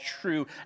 true